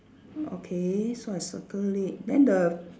okay so I circle it then the